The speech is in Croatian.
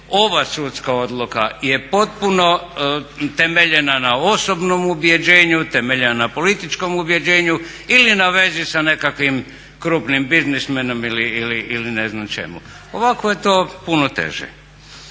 ova sudska odluka je potpuno temeljena na osobnom ubjeđenju, temeljena na političkom ubjeđenju ili na vezi sa nekakvim krupnim biznismenom ili ne znam čemu. Ovako je to puno teže.